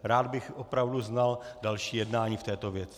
Rád bych opravdu znal další jednání v této věci.